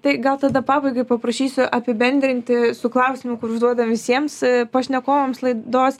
tai gal tada pabaigai paprašysiu apibendrinti su klausimu kur užduodam visiems pašnekovams laidos